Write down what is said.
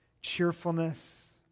cheerfulness